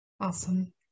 Awesome